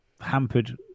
hampered